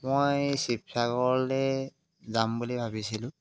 মই শিৱসাগৰলৈ যাম বুলি ভাবিছিলোঁ